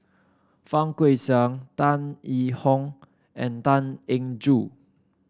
Fang Guixiang Tan Yee Hong and Tan Eng Joo